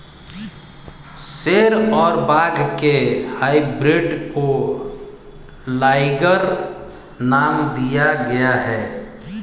शेर और बाघ के हाइब्रिड को लाइगर नाम दिया गया है